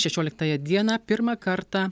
šešioliktąją dieną pirmą kartą